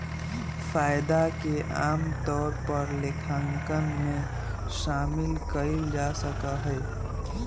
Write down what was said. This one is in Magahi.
फायदा के आमतौर पर लेखांकन में शामिल कइल जा सका हई